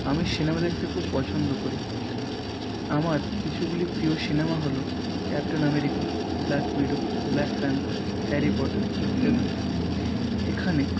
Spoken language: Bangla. আমি সিনেমা দেখতে খুব পছন্দ করি আমার কিছুগুলি প্রিয় সিনেমা হল Captain America Black Widow Black Panther Harry Potter ইত্যাদি এখানে